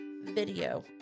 Video